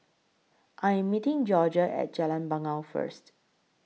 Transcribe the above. I Am meeting Jorja At Jalan Bangau First